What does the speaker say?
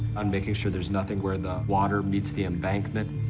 and making sure there's nothing where the water meets the embankment.